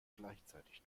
gleichzeitig